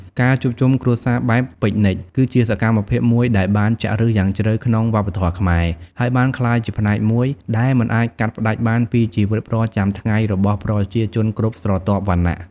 ការជួបជុំគ្រួសារបែបពិកនិច គឺជាសកម្មភាពមួយដែលបានចាក់ឫសយ៉ាងជ្រៅក្នុងវប្បធម៌ខ្មែរ ហើយបានក្លាយជាផ្នែកមួយដែលមិនអាចកាត់ផ្តាច់បានពីជីវិតប្រចាំថ្ងៃរបស់ប្រជាជនគ្រប់ស្រទាប់វណ្ណៈ។